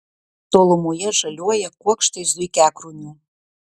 tolumoje žaliuoja kuokštai zuikiakrūmių